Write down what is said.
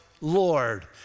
Lord